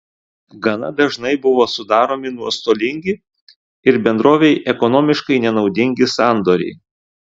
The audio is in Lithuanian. gana dažnai buvo sudaromi nuostolingi ir bendrovei ekonomiškai nenaudingi sandoriai